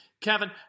Kevin